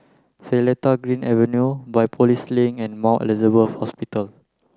Seletar Green Avenue Biopolis Link and Mount Elizabeth Hospital